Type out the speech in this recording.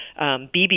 BB